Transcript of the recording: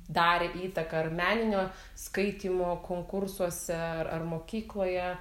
darė įtaką ar meninio skaitymo konkursuose ar ar mokykloje